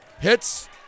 hits